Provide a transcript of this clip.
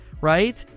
Right